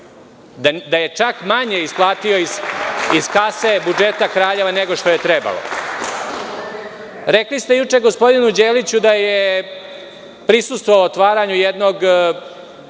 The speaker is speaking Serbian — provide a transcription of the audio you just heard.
da je čak manje isplatio iz kase budžeta Kraljeva nego što je trebalo. Rekli ste juče gospodinu Đeliću da je prisustvovao otvaranju jednog